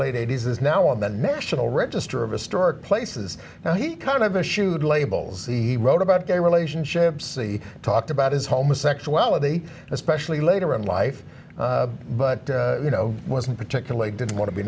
late eighty's is now on the national register of historic places now he kind of the shoot labels he wrote about gay relationships talked about his homosexuality especially later in life but you know wasn't particularly didn't want to be